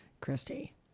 Christy